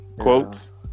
quotes